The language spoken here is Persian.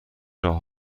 راه